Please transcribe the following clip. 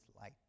light